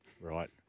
Right